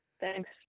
Thanks